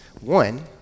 One